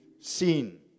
seen